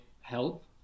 help